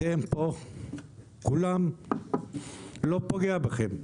אתם פה כולם זה לא פוגע בכם,